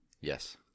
Yes